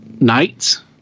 Nights